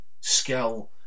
skill